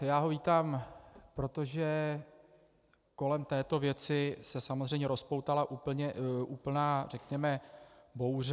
Já ho vítám proto, že kolem této věci se samozřejmě rozpoutala úplná, řekněme, bouře.